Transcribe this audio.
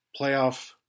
playoff